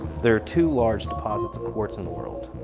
there are two large deposits of quartz in the world.